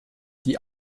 die